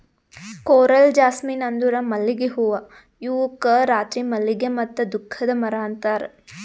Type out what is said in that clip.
coral jasmine ಅಂದುರ್ ಮಲ್ಲಿಗೆ ಹೂವು ಇವುಕ್ ರಾತ್ರಿ ಮಲ್ಲಿಗೆ ಮತ್ತ ದುಃಖದ ಮರ ಅಂತಾರ್